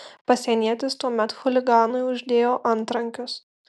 pasienietis tuomet chuliganui uždėjo antrankius